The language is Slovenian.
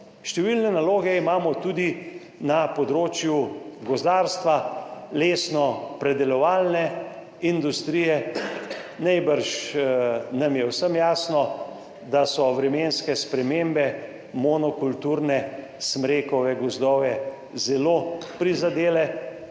Številne naloge imamo tudi na področju gozdarstva, lesno predelovalne industrije. Najbrž nam je vsem jasno, da so vremenske spremembe monokulturne smrekove gozdove zelo prizadele,